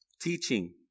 Teaching